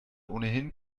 ohnehin